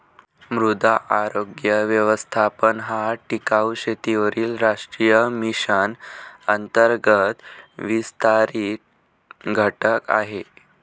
मृदा आरोग्य व्यवस्थापन हा टिकाऊ शेतीवरील राष्ट्रीय मिशन अंतर्गत विस्तारित घटक आहे